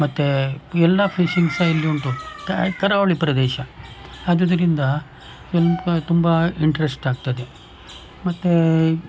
ಮತ್ತೆ ಎಲ್ಲ ಫಿಶಿಂಗ್ ಸಹ ಇಲ್ಲಿ ಉಂಟು ಕರಾವಳಿ ಪ್ರದೇಶ ಆದುದರಿಂದ ಸ್ವಲ್ಪ ತುಂಬ ಇಂಟ್ರೆಸ್ಟ್ ಆಗ್ತದೆ ಮತ್ತೆ